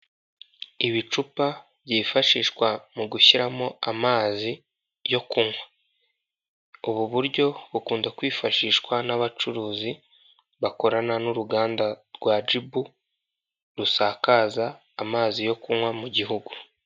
Ibicupa byifashishwa mu gushyiramo amazi yo kunywa, ubu buryo bukunda kwifashishwa n'abacuruzi bakorana n'uruganda rwa jibu rusakaza amazi yo kunywa mu gihugu.